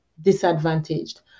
disadvantaged